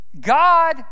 God